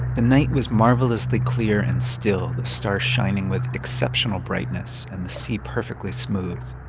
the night was marvelously clear and still, the stars shining with exceptional brightness and the sea perfectly smooth.